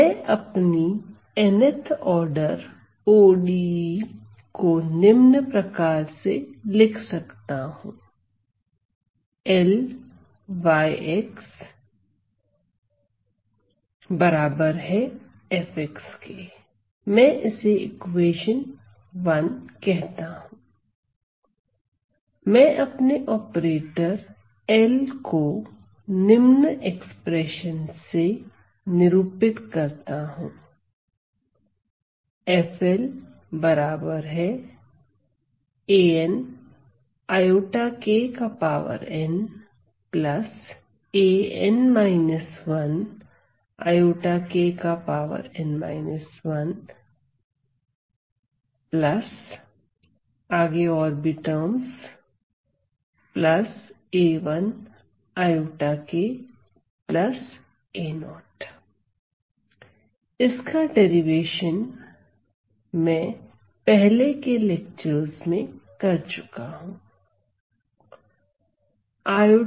मैं अपनी n th order ODE निम्न प्रकार से लिख सकता हूं Ly f मैं अपने ऑपरेटर L को निम्न एक्सप्रेशन से निरूपित करता हूं इसका डेरिवेशन के मैं पहले लेक्चरस में कर चुका हूं